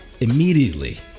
Immediately